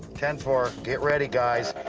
ten four. get ready guys.